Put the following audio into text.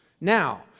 Now